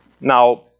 Now